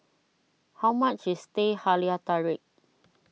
how much is Teh Halia Tarik